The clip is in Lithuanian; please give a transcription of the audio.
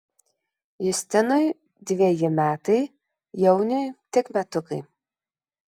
justinui dveji metai jauniui tik metukai